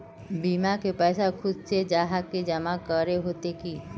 बीमा के पैसा खुद से जाहा के जमा करे होते की?